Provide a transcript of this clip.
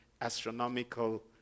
astronomical